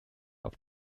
auf